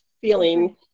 feeling